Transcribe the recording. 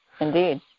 Indeed